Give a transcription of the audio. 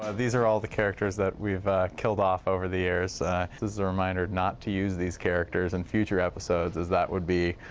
ah these are all the characters, that we've killed off over the years, ah. this is a reminder, not to use these characters in future episodes, as that would be.